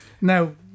Now